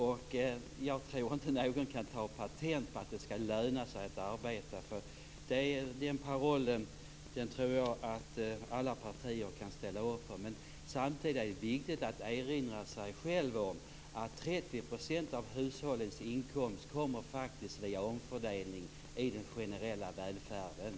Jag tror inte att någon kan ta patent på parollen att det skall löna sig att arbeta, för den tror jag att alla partier kan ställa upp på. Men samtidigt är det viktigt att erinra sig att 30 % av hushållens inkomst kommer via omfördelning i den generella välfärden.